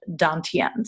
dantians